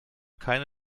keine